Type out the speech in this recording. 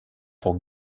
pour